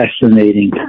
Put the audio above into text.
Fascinating